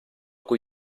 cui